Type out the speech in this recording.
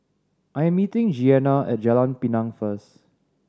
I am meeting Jeanna at Jalan Pinang first